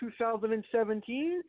2017